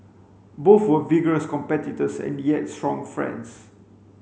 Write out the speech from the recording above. both were vigorous competitors and yet strong friends